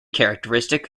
characteristic